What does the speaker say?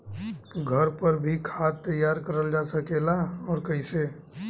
घर पर भी खाद तैयार करल जा सकेला और कैसे?